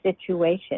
situation